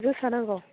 जोसा नांगौ